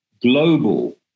global